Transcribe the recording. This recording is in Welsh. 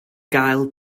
gael